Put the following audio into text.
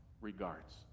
regards